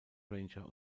ranger